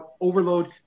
overload